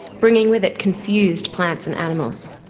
bringing with it confused plants and animals.